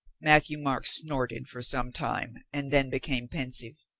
matthieu-marc snorted for some time and then became pensive.